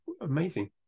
amazing